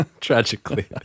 tragically